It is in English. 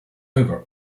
over